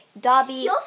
Dobby